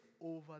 over